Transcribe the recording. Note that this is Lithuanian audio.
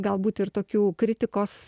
galbūt ir tokių kritikos